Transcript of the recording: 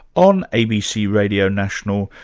on abc radio national,